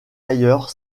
ailleurs